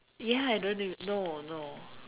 ya I don't even no no